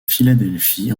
philadelphie